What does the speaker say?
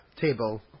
table